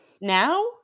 now